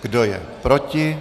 Kdo je proti?